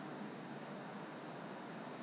okay so mmhmm